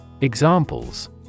Examples